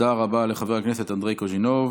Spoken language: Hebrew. תודה רבה לחבר הכנסת אנדרי קוז'ינוב.